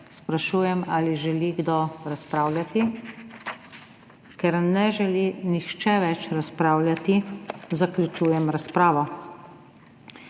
Sprašujem, ali želi kdo razpravljati. Ker ne želi nihče več razpravljati, zaključujem razpravo.